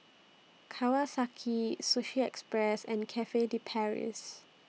Kawasaki Sushi Express and Cafe De Paris